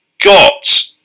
got